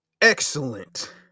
Excellent